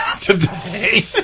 today